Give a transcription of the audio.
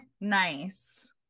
Nice